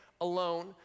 alone